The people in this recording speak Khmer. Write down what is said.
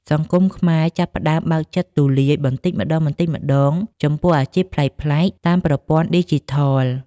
សង្គមខ្មែរចាប់ផ្តើមបើកចិត្តទូលាយបន្តិចម្តងៗ ចំពោះអាជីពប្លែកៗតាមប្រព័ន្ធឌីជីថល។